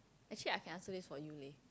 actually I can answer this for you leh